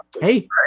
Hey